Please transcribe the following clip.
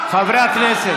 בעד אופיר אקוניס,